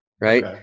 right